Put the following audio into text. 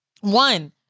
one